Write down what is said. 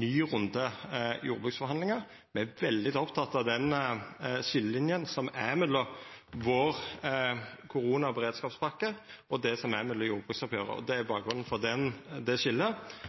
ny runde med jordbruksforhandlingar. Me er veldig opptekne av den skiljelina som er mellom vår korona- og beredskapspakke, og det som er jordbruksoppgjeret. Det er bakgrunnen for det skiljet, og så seier me at det